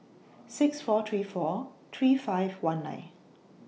six four three four three five one nine